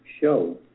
show